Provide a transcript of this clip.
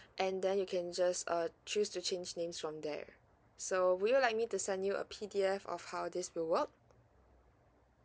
and then you can just uh choose to change name from there so would you like me to send you a p d f of how this will work